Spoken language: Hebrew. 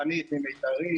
רנית - מ"מיתרים",